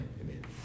Amen